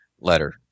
letter